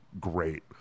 great